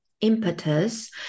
impetus